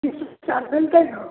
किशमिश आर मिलतै ने